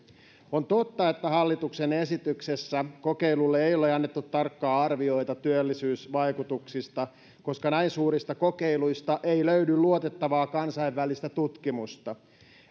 on totta että hallituksen esityksessä kokeilulle ei ole annettu tarkkoja arvioita työllisyysvaikutuksista koska näin suurista kokeiluista ei löydy luotettavaa kansainvälistä tutkimusta